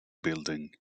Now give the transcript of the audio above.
building